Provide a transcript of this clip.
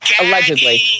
Allegedly